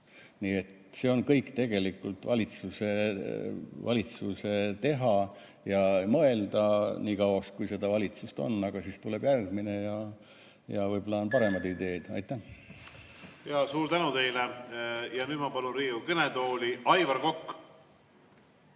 Nii et see on kõik tegelikult valitsuse teha ja mõelda – nii kauaks, kui seda valitsust on. Aga siis tuleb järgmine ja võib-olla on paremad ideed. Aitäh! Suur tänu teile! Nüüd ma palun Riigikogu kõnetooli Aivar Koka.